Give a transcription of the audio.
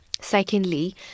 secondly